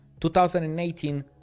2018